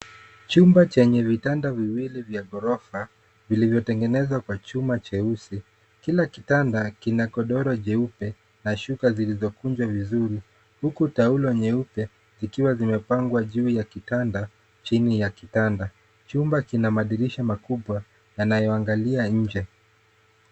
Chumba chenye vitanda viwili vya ghorofa vilivyotegenezwa kwa chuma cheusi .kila kitanda kina godoro jeupe na shuka zilizokunjwa vizuri, huku taulo nyeupe zikiwa zimepangwa juu ya kitanda, chini ya kitanda. Chumba kina madirisha makubwa yanayoangalia nje.